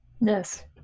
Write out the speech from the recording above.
Yes